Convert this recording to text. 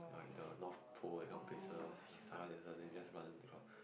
the north pole tht kind of places sahara desert then just run across